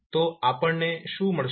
તો આપણને શું મળશે